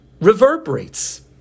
reverberates